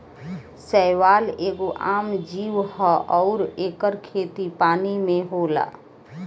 शैवाल एगो आम जीव ह अउर एकर खेती पानी में होला